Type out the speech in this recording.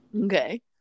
Okay